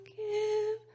give